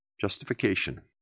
Justification